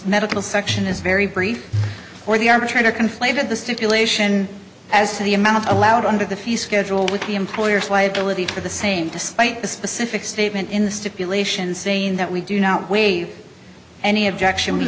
medical section is very brief or the arbitrator conflated the stipulation as to the amount allowed under the fee schedule with the employer's liability for the same despite the specific statement in the stipulation saying that we do not waive any objection we